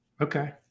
Okay